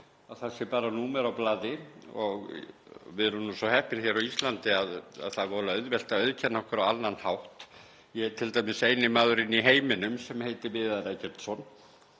það sé bara númer á blaði. Við erum nú svo heppin á Íslandi að það er voðalega auðvelt að auðkenna okkar á annan hátt. Ég t.d. eini maðurinn í heiminum sem heitir Viðar Eggertsson